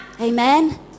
Amen